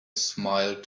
smiled